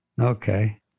Okay